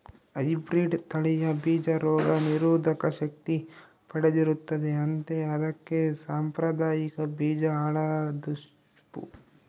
hybrid ತಳಿಯ ಬೀಜ ರೋಗ ನಿರೋಧಕ ಶಕ್ತಿ ಪಡೆದಿರುತ್ತದೆ ಅಂತೆ ಅದಕ್ಕೆ ಸಾಂಪ್ರದಾಯಿಕ ಬೀಜ ಹಾಳಾದ್ವು